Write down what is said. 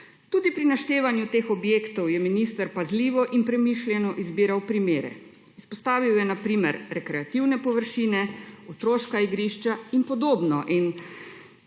Tudi pri naštevanju teh objektov je minister pazljivo in premišljeno izbiral primere. Izpostavil je na primer rekreativne površine, otroška igrišča in podobno